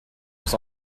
was